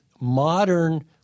modern